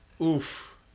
Oof